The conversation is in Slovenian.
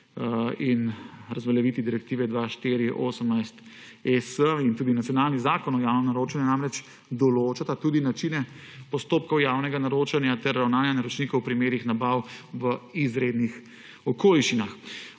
in razveljavitvi Direktive 2004/18/ES in tudi nacionalni zakon o javnem naročanju namreč določata tudi načine postopkov javnega naročanja ter ravnanja naročnikov v primerih nabav v izrednih okoliščinah.